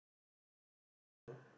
I didn't see you often though